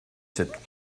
cette